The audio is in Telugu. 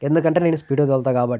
ఎందుకంటే నేను స్పీడ్గా తోలుతా కాబట్టి